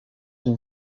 une